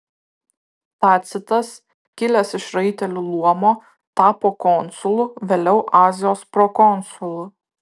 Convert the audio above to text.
tacitas kilęs iš raitelių luomo tapo konsulu vėliau azijos prokonsulu